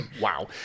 Wow